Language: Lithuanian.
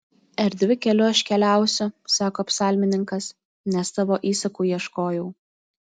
erdviu keliu aš keliausiu sako psalmininkas nes tavo įsakų ieškojau